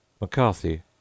McCarthy